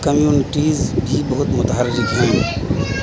communities بھی بہت متحرک ہیں